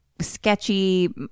sketchy